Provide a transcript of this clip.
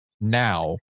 now